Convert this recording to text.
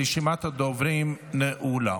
רשימת הדוברים נעולה.